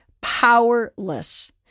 powerless